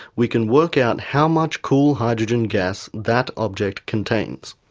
we can work out how much cool hydrogen gas that object contains.